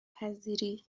پذیری